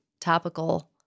topical